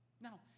Now